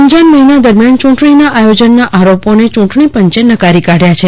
રમઝાન મહિના દરમ્યાન ચૂંટણીના આયોજનના આરોપોને ચૂંટણીપંચે નકારી કાઢવા છે